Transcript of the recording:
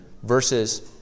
versus